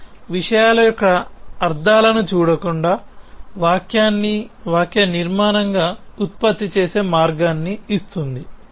ఇది విషయాల యొక్క అర్ధాలను చూడకుండా వాక్యాన్ని వాక్యనిర్మాణంగా ఉత్పత్తి చేసే మార్గాన్ని ఇస్తుంది